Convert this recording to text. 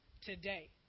today